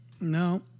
no